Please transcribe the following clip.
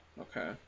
Okay